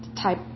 Type